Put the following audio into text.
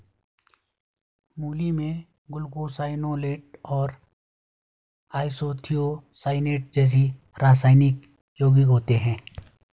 मूली में ग्लूकोसाइनोलेट और आइसोथियोसाइनेट जैसे रासायनिक यौगिक होते है